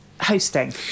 hosting